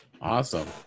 Awesome